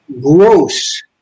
gross